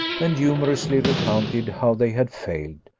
and humorously recounted how they had failed,